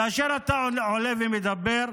כאשר אתה עולה ומדבר,